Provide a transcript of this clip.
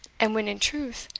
and when, in truth,